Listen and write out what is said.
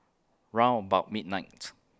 round about midnights